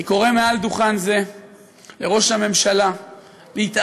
אני קורא מעל דוכן זה לראש הממשלה להתערב.